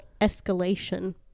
Escalation